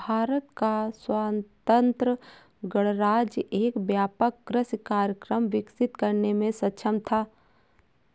भारत का स्वतंत्र गणराज्य एक व्यापक कृषि कार्यक्रम विकसित करने में सक्षम था